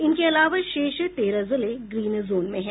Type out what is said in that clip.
इनके अलावा शेष तेरह जिले ग्रीन जोन में हैं